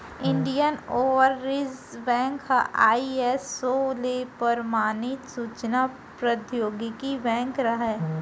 Indian Overseas Bank ह ISO ले परमानित सूचना प्रौद्योगिकी बेंक हरय